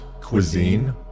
cuisine